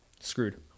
Screwed